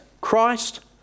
Christ